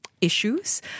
issues